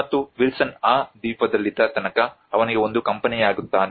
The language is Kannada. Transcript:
ಮತ್ತು ವಿಲ್ಸನ್ ಆ ದ್ವೀಪದಲ್ಲಿದ್ದ ತನಕ ಅವನಿಗೆ ಒಂದು ಕಂಪನಿಯಾಗುತ್ತಾನೆ